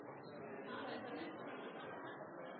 president. Det er også en